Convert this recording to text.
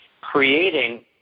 creating